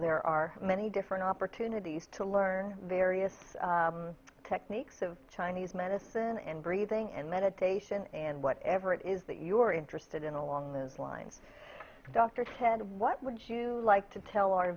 there are many different opportunities to learn various techniques of chinese medicine and breathing and meditation and whatever it is that you're interested in along those lines dr kent what would you like to tell our